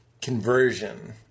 conversion